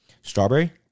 Strawberry